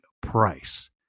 price